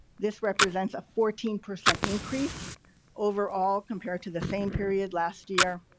this represents a fourteen percent increase overall compared to the same period last year.